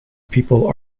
people